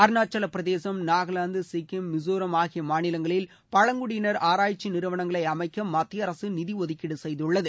அருணாச்சலப்பிரதேசம் நாகாலாந்து சிக்கில் மிசோராம் ஆகிய மாநிலங்களில் பழங்குடியினர் ஆராய்ச்சி நிறுவனங்களை அமைக்க மத்திய அரசு நிதி ஒதுக்கீடு செய்துள்ளது